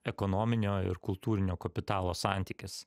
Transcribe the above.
ekonominio ir kultūrinio kapitalo santykis